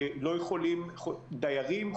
דיירים,